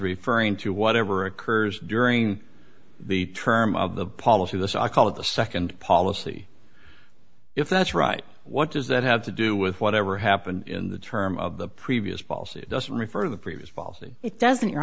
referring to whatever occurs during the term of the policy this i call it the nd policy if that's right what does that have to do with whatever happened in the term of the previous policy it doesn't refer to the previous policy it doesn't you